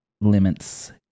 limits